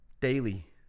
daily